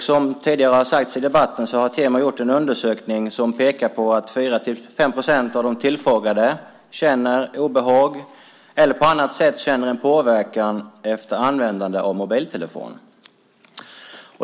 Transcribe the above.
Som tidigare sagts i debatten har Temo gjort en undersökning som pekar på att 4-5 procent av de tillfrågade känner obehag eller på annat sätt känner en påverkan efter användande av mobiltelefon.